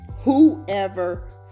whoever